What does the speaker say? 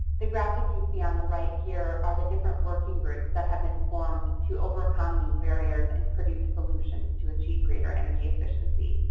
the graphic you see on the right here are the different working groups that have been formed to overcome these barriers and produce solutions to achieve greater energy efficiency.